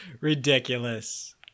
Ridiculous